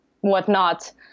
whatnot